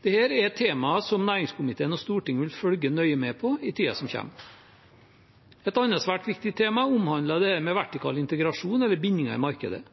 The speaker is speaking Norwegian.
Dette er et tema som næringskomiteen og Stortinget vil følge nøye med på i tiden som kommer. Et annet svært viktig tema omhandler dette med vertikal integrasjon eller bindinger i markedet.